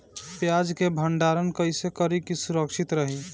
प्याज के भंडारण कइसे करी की सुरक्षित रही?